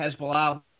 Hezbollah